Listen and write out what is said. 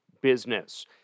business